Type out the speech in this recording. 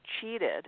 cheated